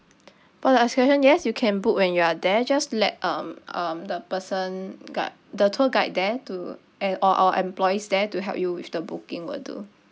for the excursion yes you can book when you are there just let um um the person got the tour guide there to and or our employees there to help you with the booking will do